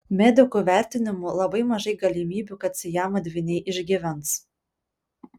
medikų vertinimu labai mažai galimybių kad siamo dvyniai išgyvens